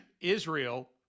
Israel